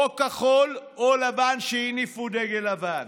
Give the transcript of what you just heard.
או כחול או לבן, שהניפו דגל לבן.